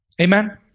Amen